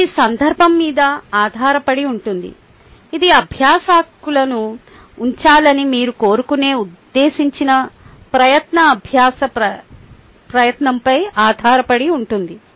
ఇది సందర్భం మీద ఆధారపడి ఉంటుంది ఇది అభ్యాసకులను ఉంచాలని మీరు కోరుకునే ఉద్దేశించిన ప్రయత్న అభ్యాస ప్రయత్నంపై ఆధారపడి ఉంటుంది